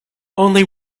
only